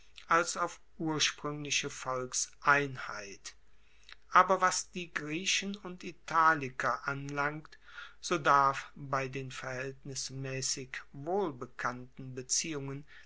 als auf urspruengliche volkseinheit aber was die griechen und italiker anlangt so darf bei den verhaeltnismaessig wohlbekannten beziehungen